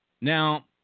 now